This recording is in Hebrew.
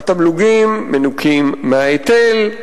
התמלוגים מנוכים מההיטל,